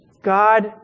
God